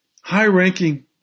high-ranking